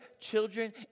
children